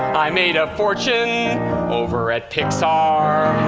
i made a fortune over at pixar.